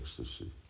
ecstasy